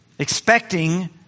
expecting